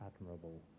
admirable